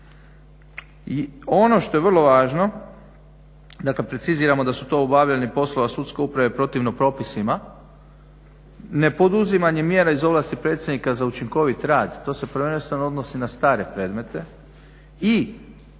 I ono što je vrlo važno, dakle preciziramo da su to obavljanje poslova sudske uprave protivno propisima, nepoduzimanje mjera iz ovlasti predsjednika za učinkovit rad, to se prvenstveno odnosi na stare predmete i